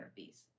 therapies